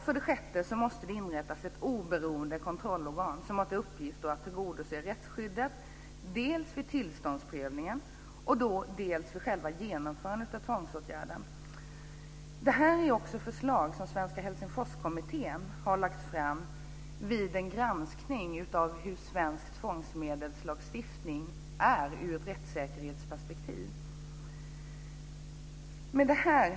För det sjätte måste det inrättas ett oberoende kontrollorgan som har till uppgift att tillgodose rättsskyddet dels vid tillståndsprövningen, dels för själva genomförandet av tvångsåtgärden. Det här är också förslag som Svenska Helsingforskommittén har lagt fram vid en granskning av hur svensk tvångsmedelslagstiftning är ur ett rättssäkerhetsperspektiv. Herr talman!